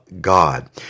God